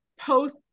post